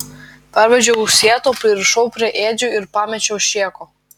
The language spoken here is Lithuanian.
parvedžiau už sieto pririšau prie ėdžių ir pamečiau šėko